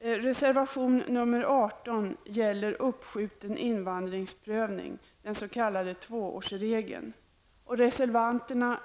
Reservanterna